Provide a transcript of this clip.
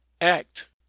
Act